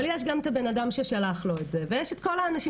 אבל יש גם את הבן אדם ששלח לו את זה ויש את כל האנשים